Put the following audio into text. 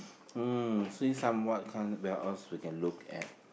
see somewhat kind where else we can look at